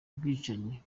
bwicanyi